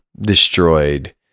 destroyed